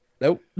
Nope